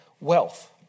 wealth